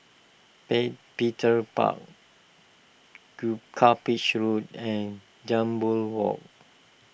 Pay Petir Park Cuppage Road and Jambol Walk